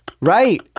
Right